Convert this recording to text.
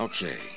Okay